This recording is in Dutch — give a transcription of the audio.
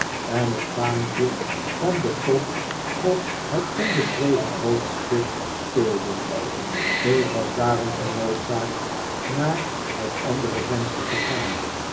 en het vaantje van den top op het onbeschreven hoofdstuk speelde ik was daarom genoodzaakt naar het andere venster te gaan